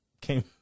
came